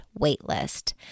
waitlist